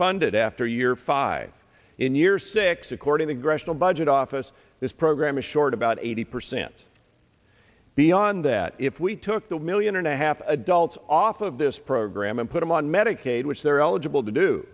funded after year five in year six according to gresham budget office this program is short about eighty percent beyond that it if we took that million and a half adults off of this program and put them on medicaid which they're eligible to do